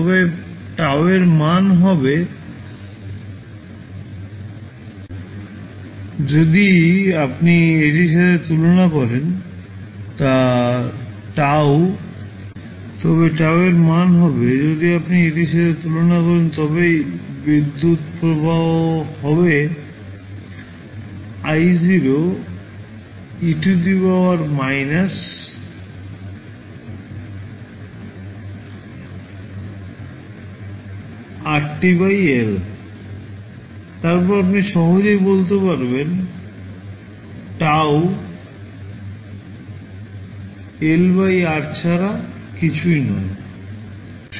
তবে TAUয়ের মান হবে যদি আপনি এটির সাথে তুলনা করেন তবেই বিদ্যুৎপ্রবাহ হবে I0e RtL তারপরে আপনি সহজেই বলতে পারবেন TAU L by R ছাড়া কিছু নয়